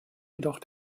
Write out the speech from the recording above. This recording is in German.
jedoch